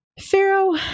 Pharaoh